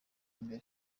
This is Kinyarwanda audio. imbere